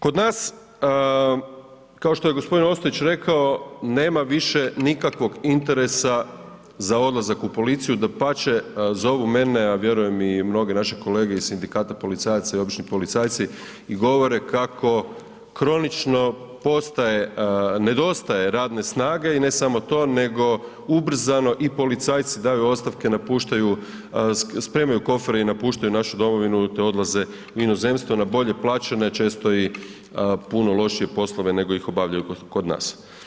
Kod nas, kao što je g. Ostojić rekao, nema više nikakvog interesa za odlazak u policiju, dapače, zovu mene, a vjerujem i mnoge naše kolege iz Sindikata policajaca i obični policajci i govore kako kronično nedostaje radne snage i ne samo to, nego ubrzano i policajci daju ostavke, napuštaju, spremaju kofere i napuštaju našu domovinu, te odlaze u inozemstvo na bolje plaćene, često i puno lošije poslove nego ih obavljaju kod nas.